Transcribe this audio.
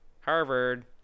Harvard